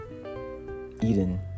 Eden